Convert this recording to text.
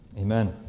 amen